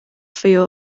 few